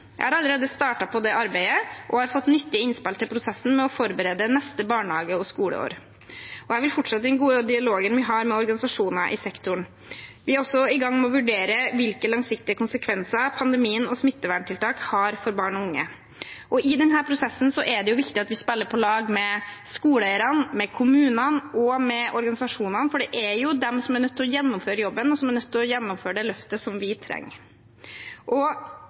Jeg har allerede startet på det arbeidet, og jeg har fått nyttige innspill til prosessen med å forberede neste barnehage- og skoleår. Jeg vil fortsette den gode dialogen vi har med organisasjoner i sektoren. Vi er også i gang med å vurdere hvilke langsiktige konsekvenser pandemien og smitteverntiltak har for barn og unge. I denne prosessen er det viktig at vi spiller på lag med skoleeierne, kommunene og organisasjonene, for det er jo de som er nødt til å gjennomføre jobben, og som er nødt til å gjennomføre det løftet vi trenger.